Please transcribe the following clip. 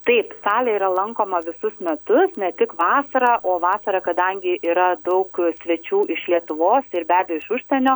taip salė yra lankoma visus metus ne tik vasarą o vasarą kadangi yra daug svečių iš lietuvos ir be abejo iš užsienio